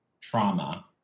trauma